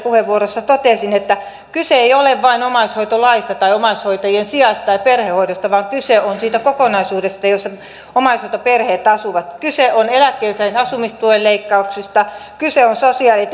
puheenvuorossa totesin kyse ei ole vain omaishoitolaista tai omaishoitajien sijais tai perhehoidosta vaan kyse on siitä kokonaisuudesta jossa omaishoitoperheet asuvat kyse on eläkkeensaajien asumistuen leikkauksista kyse on sosiaali ja